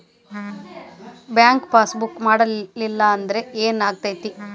Bank passbook ಮಾಡಲಿಲ್ಲ ಅಂದ್ರೆ ಏನ್ ಆಗ್ತೈತಿ?